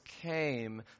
came